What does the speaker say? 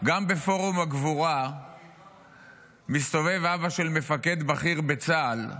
שגם בפורום הגבורה מסתובב אבא של מפקד בכיר בצה"ל,